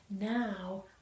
now